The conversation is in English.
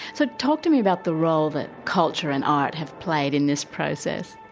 so talk to me about the role that culture and art have played in this process.